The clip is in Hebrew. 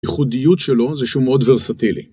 ייחודיות שלו זה שהוא מאוד ורסטילי.